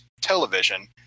television